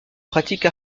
pratique